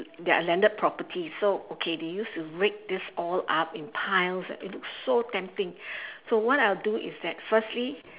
they are landed properties so okay they used to rake this all up in piles it looks so tempting so what I'll do is that firstly